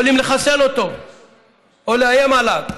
יכולים לחסל אותו או לאיים עליו.